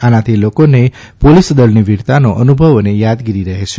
આનાથી લોકોને પોલીસદળની વીરતાનો અનુભવ અને યાદગીરી રહે છે